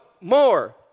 more